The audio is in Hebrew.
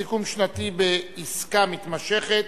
סיכום שנתי בעסקה מתמשכת),